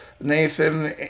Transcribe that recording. Nathan